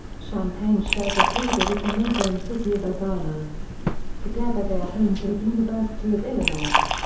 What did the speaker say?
champaign shares a border with the neighboring city of urbana together they are home to the university of illinois.